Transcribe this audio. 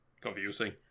confusing